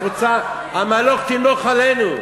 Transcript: אנחנו, את רוצה, המלוך תמלוך עלינו?